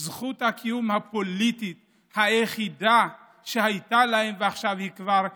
זכות הקיום הפוליטית היחידה שהייתה להם ועכשיו היא כבר איננה,